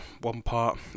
one-part